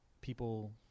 people